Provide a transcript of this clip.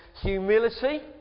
humility